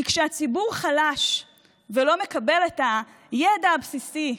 כי כשהציבור חלש ולא מקבל את הידע הבסיסי,